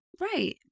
Right